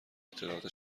اطلاعات